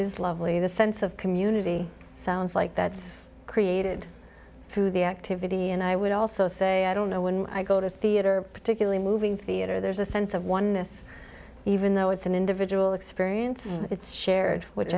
is lovely the sense of community sounds like that's created through the activity and i would also say i don't know when i go to a theater particularly moving theater there's a sense of oneness even though it's an individual experience it's shared which